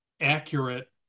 accurate